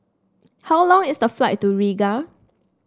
how long is the flight to Riga